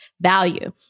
value